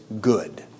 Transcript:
good